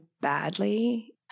badly